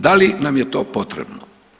Da li nam je to potrebno?